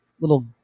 little